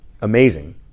amazing